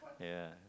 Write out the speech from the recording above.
ya